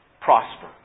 prosper